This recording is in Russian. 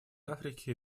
африки